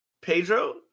Pedro